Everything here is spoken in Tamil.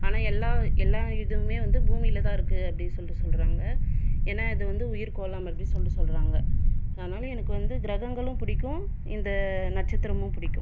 ஆனால் எல்லா எல்லா இதுவுமே வந்து பூமியில்தான் இருக்குது அப்படினு சொல்லிட்டு சொல்றாங்கள் என்ன அது வந்து உயிர்கோளம் அப்படினு சொல்லிட்டு சொல்றாங்கள் அதனால் எனக்கு வந்து கிரகங்களும் பிடிக்கும் இந்த நட்சத்திரமும் பிடிக்கும்